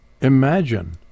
imagine